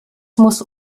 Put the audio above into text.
muss